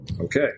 Okay